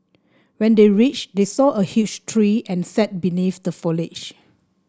when they reached they saw a huge tree and sat beneath the foliage